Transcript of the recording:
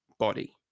body